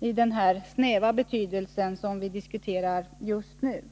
i den snäva betydelse som vi diskuterar just nu?